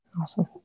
awesome